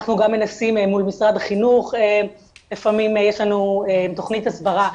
אנחנו גם מנסים מול משרד החינוך לפעמים יש לנו תוכנית הסברה,